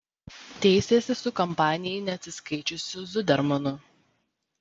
teisėsi su kampanijai neatsiskaičiusiu zudermanu